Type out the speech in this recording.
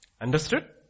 Understood